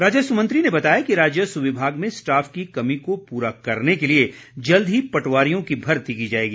राजस्व मंत्री ने बताया कि राजस्व विभाग में स्टाफ की कमी को पूरा करने के लिए जल्द ही पटवारियों की भर्ती की जाएगी